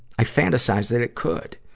i fantasize that it could.